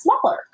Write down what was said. smaller